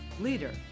leader